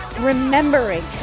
remembering